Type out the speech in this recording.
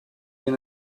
bien